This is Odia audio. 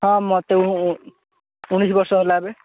ହଁ ମତେ ଊନୀଶ ବର୍ଷ ହେଲା ଏବେ